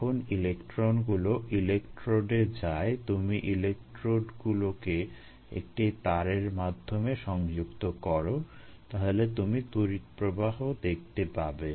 যখন ইলেকট্রনগুলো ইলেকট্রোডে যায় যদি তুমি ইলেকট্রোডগুলোকে একটি তারের মাধ্যমে সংযুক্ত করো তাহলে তুমি তড়িৎ প্রবাহ দেখতে পাবে